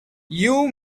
you